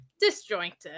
disjointed